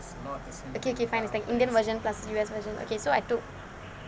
okay okay fine is like the indian version plus serious version okay so I took